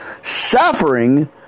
suffering